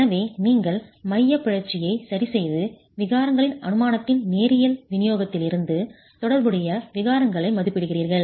எனவே நீங்கள் மையப் பிறழ்ச்சியை சரிசெய்து விகாரங்களின் அனுமானத்தின் நேரியல் விநியோகத்திலிருந்து தொடர்புடைய விகாரங்களை மதிப்பிடுகிறீர்கள்